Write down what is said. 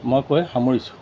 মই কৈ সামৰিছোঁ